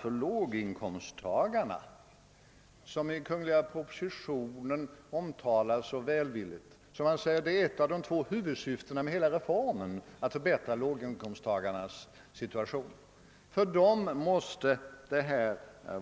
För låginkomsttagarna, som i den kungl. propositionen omtalas så välvilligt — man säger att ett av de två huvudsyftena med hela reformen är att förbättra låginkomsttagarnas situation — måste det te sig